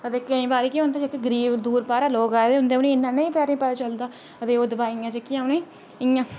ते केईं बारी केह् होंदा की जेह्ड़े बेचारे दूरा दा आए दे होंदे ते उनेंगी बेचारें गी इन्ना नेईं पता चलदा ते ओह् दवाइयां जेह्कियां उनेंगी इंया